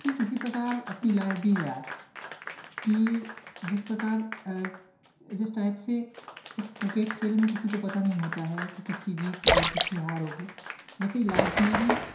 ठीक इसी प्रकार अपनी लाइफ भी है यार कि जिस प्रकार जिस टाइप से इस क्रिकेट खेल में किसी को पता नहीं होता है कि किसकी जीत और किसी हार होगी वैसे ही लाइफ़ में भी